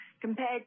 compared